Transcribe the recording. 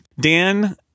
Dan